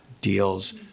deals